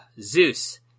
Zeus